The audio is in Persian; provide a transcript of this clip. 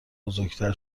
بزرگتر